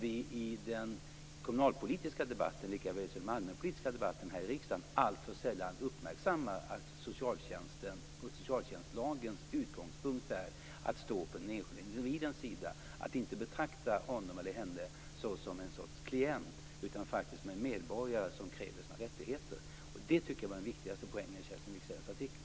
I den kommunalpolitiska debatten, likaväl som i den allmänpolitiska debatten här i riksdagen, uppmärksammar vi alltför sällan att socialtjänstlagens utgångspunkt är att stå på den enskilde individens sida. Han eller hon skall inte betraktas som en sorts klient utan som en medborgare som kräver sina rättigheter. Det tycker jag var den viktigaste poängen i Kerstin Wigzells artikel.